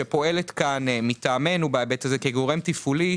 שפועלת כאן מטעמנו בהיבט הזה כגורם תפעולי,